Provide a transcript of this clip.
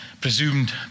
presumed